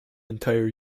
entire